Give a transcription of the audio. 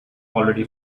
already